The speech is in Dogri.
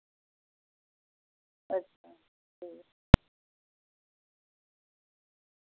अच्छा ठीक ऐ